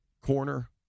Corner